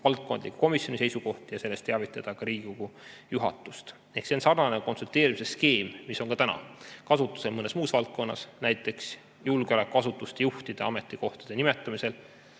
valdkondliku komisjoni seisukohti ja sellest teavitada ka Riigikogu juhatust. See on sarnane konsulteerimise skeem, mis on täna kasutusel mõnes muus valdkonnas, näiteks julgeolekuasutuste juhtide ametikohtadele nimetamisel